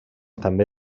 també